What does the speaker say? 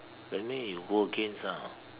that means you go against ah